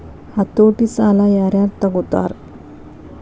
ಹತೋಟಿ ಸಾಲಾ ಯಾರ್ ಯಾರ್ ತಗೊತಾರ?